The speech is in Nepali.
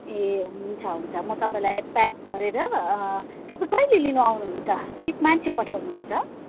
ए हुन्छ हुन्छ म तपाईँलाई प्याक गरेर अँ तपाईँ कहिले लिन आउनुहुन्छ कि मान्छे पठाउनुहुन्छ